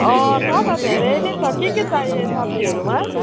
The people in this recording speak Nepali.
अँ छ त धेरै नै छ के के चाहियो सब्जीहरूमा